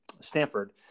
Stanford